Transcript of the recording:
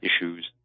issues